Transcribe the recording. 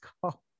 call